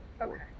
Okay